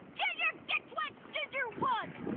ginger gets what ginger wants.